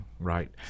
Right